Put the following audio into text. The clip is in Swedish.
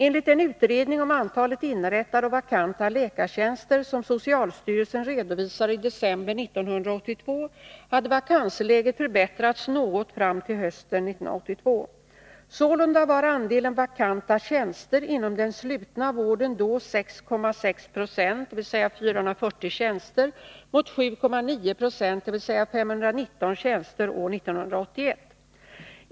Enligt den utredning om antalet inrättade och vakanta läkartjänster som socialstyrelsen redovisade i december 1982 hade vakansläget förbättrats något fram till hösten 1982. Sålunda var andelen vakanta tjänster inom den slutna vården då 6,6 96 mot 7,9 96 år 1981.